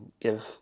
give